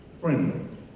friendly